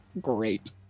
Great